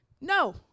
No